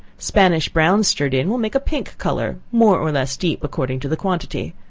spanish brown stirred in will make a pink color, more or less deep according to the quantity,